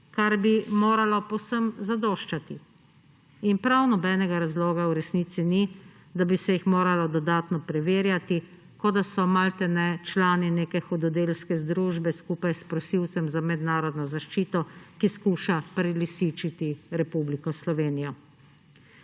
kar bi moralo povsem zadoščati. In prav nobenega razloga v resnici ni, da bi se jih moralo dodatno preverjati, kot da so malodane člani neke hudodelske združbe, skupaj s prosilcem za mednarodno zaščito, ki skuša prelisičiti Republiko Slovenijo.